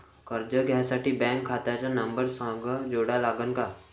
कर्ज घ्यासाठी बँक खात्याचा नंबर संग जोडा लागन का?